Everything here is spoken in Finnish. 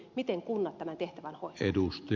miten kunnat tämän tehtävän hoitavat